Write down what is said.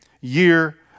year